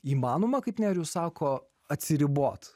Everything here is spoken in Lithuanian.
įmanoma kaip nerijus sako atsiribot